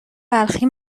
بلخی